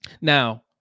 Now